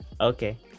okay